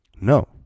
No